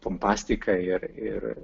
pompastiką ir ir